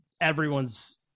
everyone's